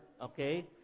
Okay